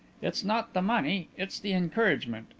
it's not the money, it's the encouragement.